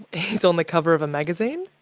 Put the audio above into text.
he's on the cover of a magazine!